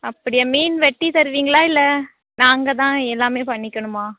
அப்படியா மீன் வெட்டி தருவீங்களா இல்லை நாங்கள்தான் எல்லாமே பண்ணிக்கணுமா